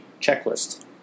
checklist